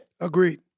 Agreed